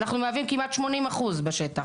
אנחנו מהווים כמעט 80% בשטח.